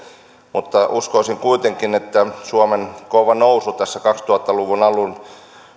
mutta uskoisin kuitenkin että suomen kova nousu tässä kaksituhatta luvun